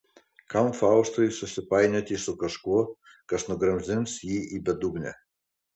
kam faustui susipainioti su kažkuo kas nugramzdins jį į bedugnę